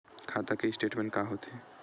खाता के स्टेटमेंट का होथे?